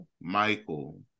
Michael